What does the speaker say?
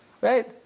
right